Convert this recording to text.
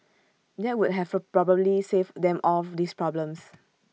that would have probably saved them all these problems